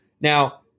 Now